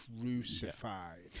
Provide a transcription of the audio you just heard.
Crucified